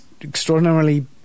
extraordinarily